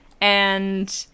and-